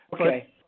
Okay